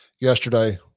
yesterday